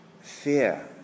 Fear